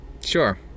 Sure